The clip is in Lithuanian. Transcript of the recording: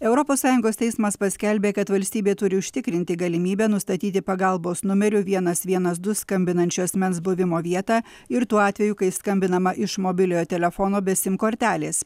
europos sąjungos teismas paskelbė kad valstybė turi užtikrinti galimybę nustatyti pagalbos numeriu vienas vienas du skambinančio asmens buvimo vietą ir tuo atveju kai skambinama iš mobiliojo telefono be sim kortelės